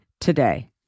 today